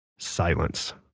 silence